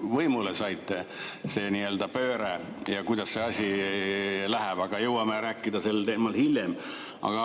võimule saite, see nii-öelda pööre ja kuidas see asi läheb. Jõuame rääkida sel teemal hiljem. Aga